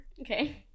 Okay